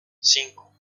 cinco